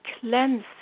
cleansing